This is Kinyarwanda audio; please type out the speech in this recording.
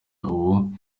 ubu